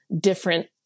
different